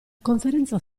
conferenza